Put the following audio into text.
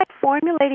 formulating